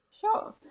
Sure